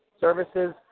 services